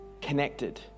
connected